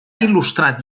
il·lustrat